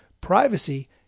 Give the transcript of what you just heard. privacy